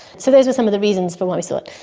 so those were some of the reasons for why we saw it.